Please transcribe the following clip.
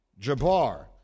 Jabbar